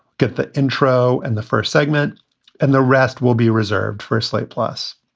get the intro and the first segment and the rest will be reserved for slate plus.